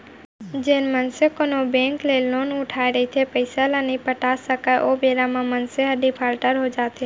जेन मनसे कोनो बेंक ले लोन उठाय रहिथे पइसा ल नइ पटा सकय ओ बेरा म मनसे ह डिफाल्टर हो जाथे